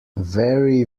very